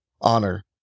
honor